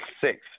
six